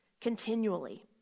continually